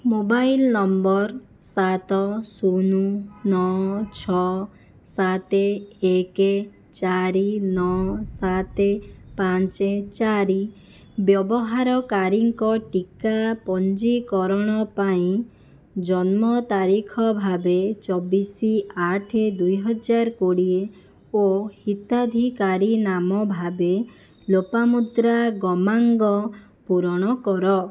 mobile number ସାତ ଶୂନ ନଅ ଛଅ ସାତ ଏକ ଚାରି ନଅ ସାତ ପାଞ୍ଚ ଚାରି ବ୍ୟବହାରକାରୀଙ୍କ ଟିକା ପଞ୍ଜୀକରଣ ପାଇଁ ଜନ୍ମତାରିଖ ଭାବେ ଚବିଶ ଆଠ ଦୁଇ ହଜାର କୋଡ଼ିଏ ଓ ହିତାଧିକାରୀ ନାମ ଭାବେ ଲୋପାମୁଦ୍ରା ଗମାଙ୍ଗ ପୂରଣ କର